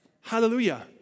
Hallelujah